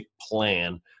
plan